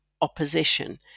opposition